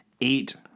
eight